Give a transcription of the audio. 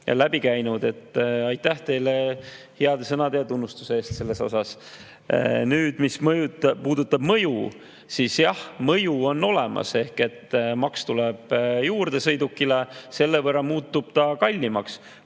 läbi käinud. Aitäh teile heade sõnade ja tunnustuse eest selles osas! Nüüd, mis puudutab mõju, siis jah, mõju on olemas ehk maks tuleb sõidukile juurde, selle võrra muutub see kallimaks.